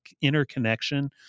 interconnection